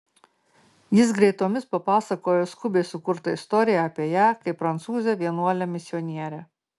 jis greitomis papasakojo skubiai sukurtą istoriją apie ją kaip prancūzę vienuolę misionierę